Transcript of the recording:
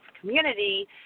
community